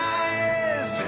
eyes